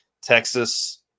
Texas